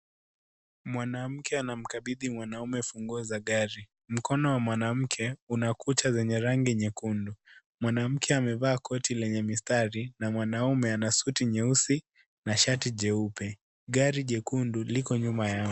Mwanamke anamkabhidhi mwanaume funguo za gari. Mkono wa mwanamke una kucha zenye rangi nyekundu. Mwanamke amevaa koti lenye mistari na mwanaume ana suti nyeusi na shati jeupe. Gari jekundu liko nyuma yao.